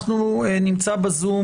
נמצא בזום